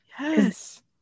yes